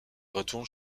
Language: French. retourne